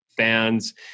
Fans